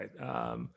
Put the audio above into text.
right